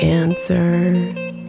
answers